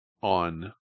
on